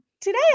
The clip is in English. today